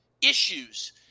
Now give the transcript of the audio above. issues